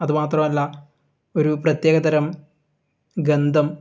അതു മാത്രമല്ല ഒരു പ്രത്യേക തരം ഗന്ധം